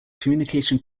communication